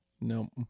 no